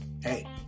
hey